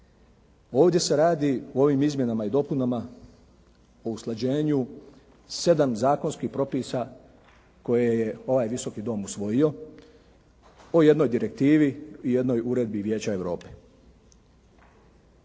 Ovdje se radi u ovim izmjenama i dopunama o usklađenju 7 zakonskih propisa koje je ovaj Visoki dom usvojio, o jednoj direktivi i jednoj uredbi Vijeća Europe.